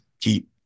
keep